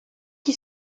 qui